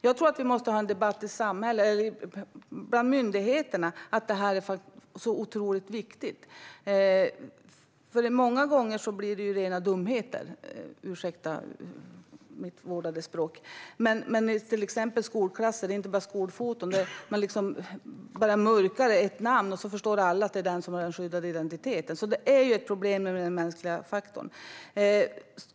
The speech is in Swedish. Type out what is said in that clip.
Jag tror att vi måste ha en debatt bland myndigheterna om att detta är otroligt viktigt. Många gånger blir det nämligen rena dumheter, om du ursäktar språket. När det till exempel gäller skolklasser rör det ju inte bara skolfoton, utan man bara mörkar ett namn - och så förstår alla att det är den personen som har skyddad identitet. Den mänskliga faktorn är alltså ett problem.